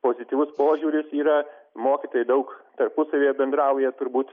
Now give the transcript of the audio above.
pozityvus požiūris yra mokytojai daug tarpusavyje bendrauja turbūt